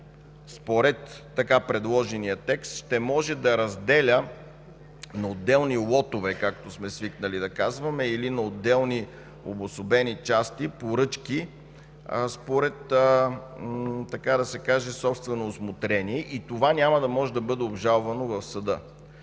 според така предложения текст, ще може да разделя на отделни лотове, както сме свикнали да казваме, или на отделни обособени части поръчки според, така да се каже, собствено усмотрение и това няма да може да бъде обжалвано в съда.